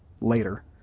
later